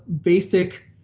basic –